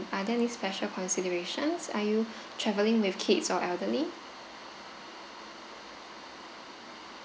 are there any special considerations are you travelling with kids or elderly